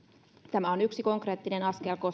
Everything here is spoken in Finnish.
tämä on yksi konkreettinen askel